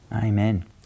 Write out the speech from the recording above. Amen